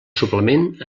suplement